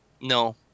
No